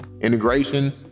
integration